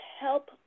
help